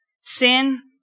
Sin